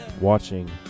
watching